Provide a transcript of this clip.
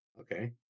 Okay